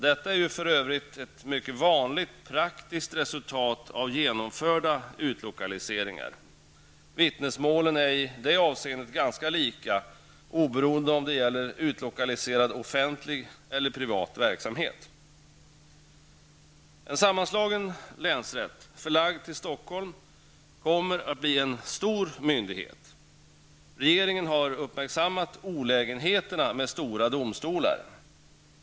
Detta är för övrigt ett mycket vanligt praktiskt resultat av genomförda utlokaliseringar. Vittnesmålen är i det avseendet ganska lika oberoende av om det gäller utlokaliserad offentlig eller privat verksamhet. En sammanslagen länsrätt, förlagd till Stockholm, kommer att bli en stor myndighet. Regeringen har uppmärksammat olägenheterna med stora domstolar.